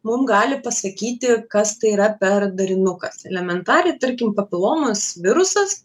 mum gali pasakyti kas tai yra per darinukas elementariai tarkim papilomos virusas